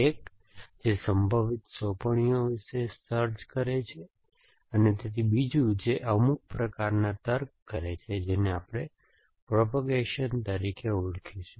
એક જે સંભવિત સોંપણીઓ વિષે સર્ચ કરે છે અને બીજું જે અમુક પ્રકારના તર્ક કરે છે જેને આપણે પ્રોપેગેશન તરીકે ઓળખીશું